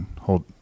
hold